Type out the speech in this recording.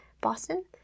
Boston